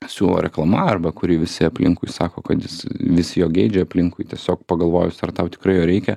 siūlo reklama arba kurį visi aplinkui sako kad jis visi jo geidžia aplinkui tiesiog pagalvojus ar tau tikrai jo reikia